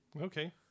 okay